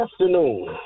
afternoon